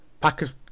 Packers